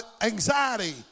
anxiety